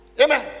Amen